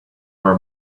car